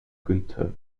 günter